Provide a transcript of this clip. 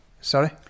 Sorry